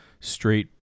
straight